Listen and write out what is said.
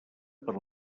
per